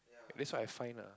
that's what I find lah